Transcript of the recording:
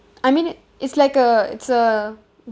I mean it it's like a it's a